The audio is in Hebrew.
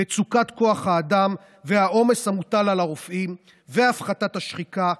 מצוקת כוח האדם והעומס המוטל על הרופאים והפחתת השחיקה,